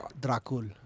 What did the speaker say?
Dracula